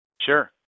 Sure